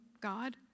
God